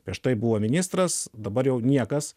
prieš tai buvo ministras dabar jau niekas